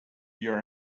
your